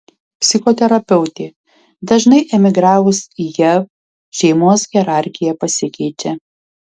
psichoterapeutė dažnai emigravus į jav šeimos hierarchija pasikeičia